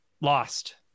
lost